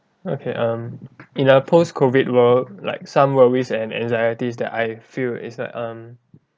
okay um in a post-COVID world like some worries and anxieties that I feel is like um